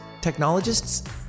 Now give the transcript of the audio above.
technologists